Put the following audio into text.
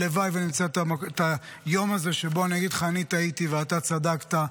הלוואי שנמצא את היום הזה שבו אגיד לך: אני טעיתי ואתה צדקת.